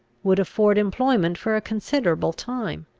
would afford employment for a considerable time.